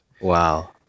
Wow